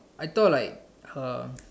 I thought like uh